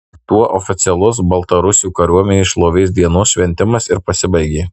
tuo oficialus baltarusių kariuomenės šlovės dienos šventimas ir pasibaigė